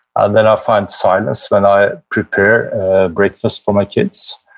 and then i find silence when i prepare breakfast for my kids,